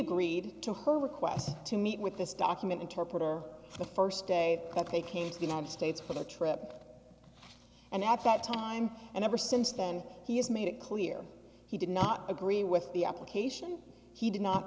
agreed to her request to meet with this document interpreter the first day that they came to the united states for the trip and at that time and ever since then he has made it clear he did not agree with the application he did not